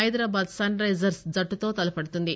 Hyderabad Sunrisers జట్టుతో తలపడుతుంది